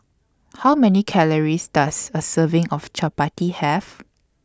How Many Calories Does A Serving of Chappati Have